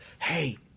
Hey